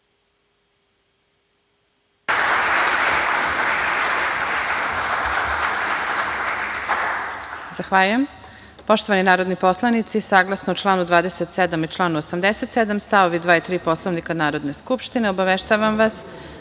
Zahvaljujem. Poštovani narodni poslanici, saglasno članu 27. i članu 87. st. 2. i 3. Poslovnika Narodne skupštine, obaveštavam vas